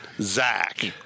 Zach